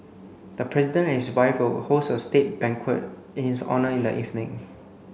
the president and his wife will host a state banquet in his honour in the evening